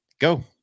go